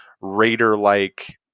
Raider-like